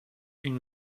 une